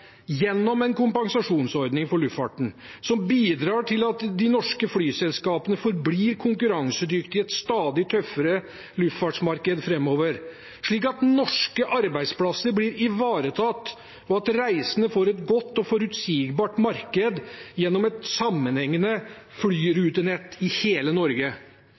gjennom en kompensasjonsordning for luftfarten, som bidrar til at de norske flyselskapene forblir konkurransedyktige i et stadig tøffere luftfartsmarked framover, slik at norske arbeidsplasser blir ivaretatt, og slik at reisende får et godt og forutsigbart marked gjennom et sammenhengende flyrutenett i hele Norge.